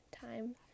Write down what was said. time